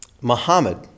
Muhammad